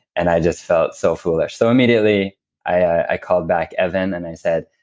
and i just felt so foolish. so immediately i called back evan and i said,